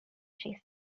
she